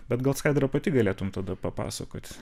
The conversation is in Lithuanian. bet gal skaidra pati galėtum tada papasakot